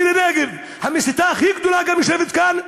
ומירי רגב, המסיתה הכי גדולה, גם יושבת כאן.